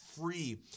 free